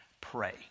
pray